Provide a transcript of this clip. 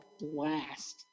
blast